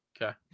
Okay